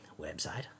website